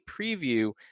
preview